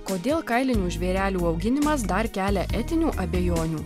kodėl kailinių žvėrelių auginimas dar kelia etinių abejonių